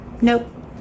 Nope